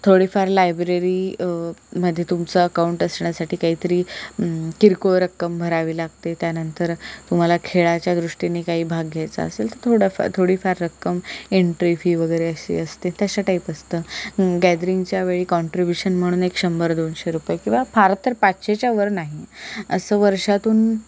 थोडी फार लायब्ररी मध्ये तुमचं अकाउंट असण्यासाठी काहीतरी किरकोळ रक्कम भरावी लागते त्यानंतर तुम्हाला खेळाच्या दृष्टीने काही भाग घ्यायचा असेल तर थोडाफ थोडीफार रक्कम एन्ट्री फी वगैरे अशी असते तशा टाईप असतं गॅदरिंगच्या वेळी काँट्रीब्युशन म्हणून एक शंभर दोनशे रुपये किंवा फार तर पाचशेच्या वर नाही असं वर्षातून